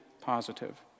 positive